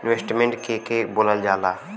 Investment के के बोलल जा ला?